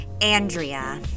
Andrea